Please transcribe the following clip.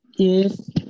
Yes